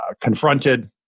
confronted